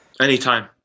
Anytime